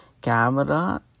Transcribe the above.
camera